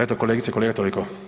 Eto kolegice i kolege toliko.